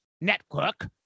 network